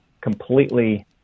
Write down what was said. completely